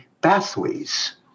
pathways